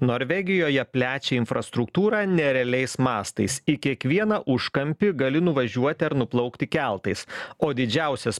norvegijoje plečia infrastruktūrą nerealiais mastais į kiekvieną užkampį gali nuvažiuoti ar nuplaukti keltais o didžiausias